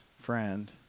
friend